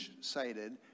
cited